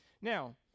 Now